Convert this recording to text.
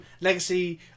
legacy